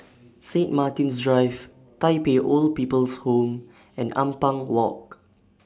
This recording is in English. Sanit Martin's Drive Tai Pei Old People's Home and Ampang Walk